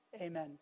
amen